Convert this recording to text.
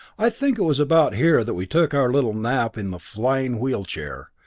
i think it was about here that we took our little nap in the flying wheel chair,